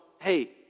hey